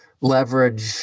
leverage